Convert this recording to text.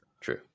True